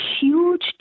huge